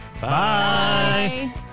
Bye